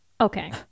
Okay